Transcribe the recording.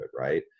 right